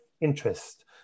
interest